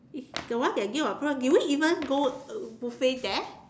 it's the one that give out prawn did we even go uh buffet there